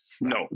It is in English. no